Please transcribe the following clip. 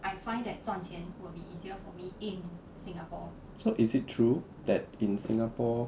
so is it true that in singapore